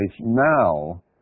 now